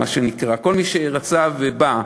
כל מי שרצה ובא,